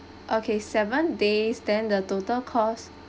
okay seven days then the total cost